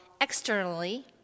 externally